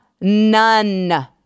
none